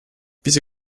wieso